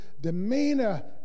demeanor